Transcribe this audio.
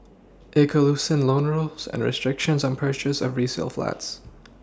it could loosen loan rules and restrictions on purchase of resale flats